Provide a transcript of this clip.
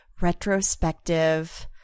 Retrospective